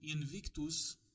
Invictus